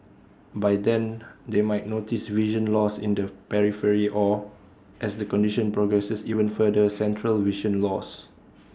by then they might notice vision loss in the periphery or as the condition progresses even further central vision loss